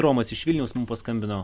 romas iš vilniaus mum paskambino